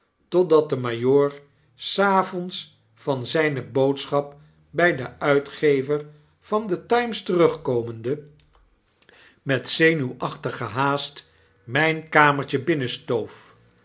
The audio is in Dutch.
totdat de majoor s avonds van zijne boodschap bij den uitgever van de times terugkomende juferouw lirriper en haee commensalen met zenuwachtige haast mijnkamertje